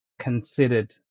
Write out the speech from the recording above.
considered